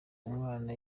umwana